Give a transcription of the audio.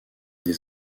des